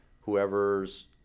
whoever's